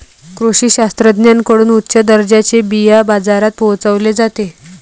कृषी शास्त्रज्ञांकडून उच्च दर्जाचे बिया बाजारात पोहोचवले जाते